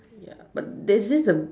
ya but there's a